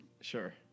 Sure